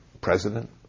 president